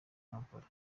kampala